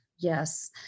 yes